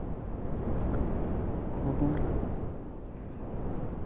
ᱠᱷᱚᱵᱚᱨ